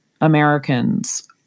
Americans